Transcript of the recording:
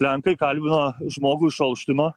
lenkai kalbina žmogų iš olštyno